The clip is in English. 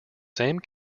same